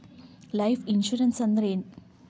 Life insurance ಅಂದ್ರ ಏನ?